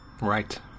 right